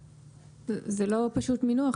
זה לא פשוט מינוח,